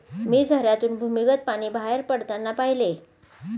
मी झऱ्यातून भूमिगत पाणी बाहेर पडताना पाहिले